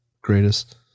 greatest